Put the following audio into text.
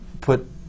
put